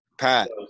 Pat